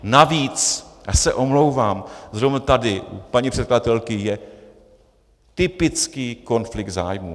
Navíc, já se omlouvám, zrovna tady u paní předkladatelky je typický konflikt zájmů.